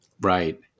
Right